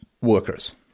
workers